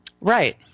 right